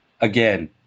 Again